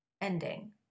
ending